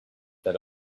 that